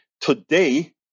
today